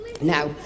Now